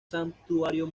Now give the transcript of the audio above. santuario